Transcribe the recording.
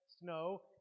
snow